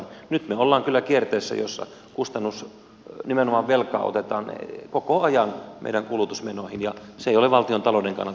nyt me olemme kyllä kierteessä jossa nimenomaan velkaa otetaan koko ajan meidän kulutusmenoihin ja se ei ole valtiontalouden kannalta kestävää